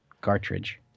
cartridge